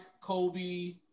Kobe